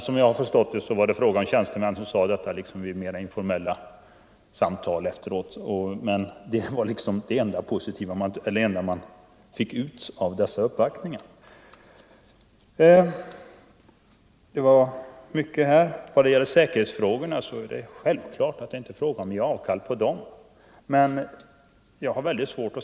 Som jag förstod det var det tjänstemän som sade detta vid mer informella samtal, och det var liksom det enda man fick ut av dessa uppvaktningar. Det är självklart inte fråga om att ge avkall på säkerhetsbestämmelserna.